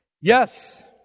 Yes